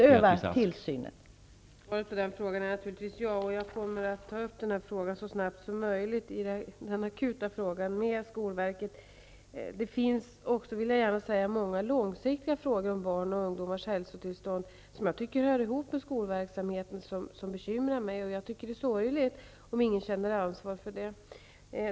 Herr talman! Svaret på frågan är naturligtvis ja. Jag kommer att ta upp den akuta frågan så snart som möjligt med skolverket. Det finns många, det vill jag gärna säga, långsiktiga frågor om barns och ungdomars hälsotillstånd som jag tycker hör ihop med skolverksamheten och som bekymrar mig. Jag tycker att det är sorgligt om ingen känner ansvar för det.